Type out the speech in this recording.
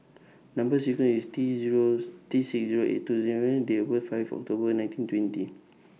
Number sequence IS T zeros T six eight two seven Date birth five October nineteen twenty